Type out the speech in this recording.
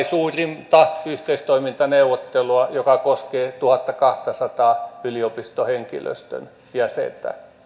suurinta yhteistoimintaneuvottelua joka koskee tuhannenkahdensadan yliopistohenkilöstön jäsentä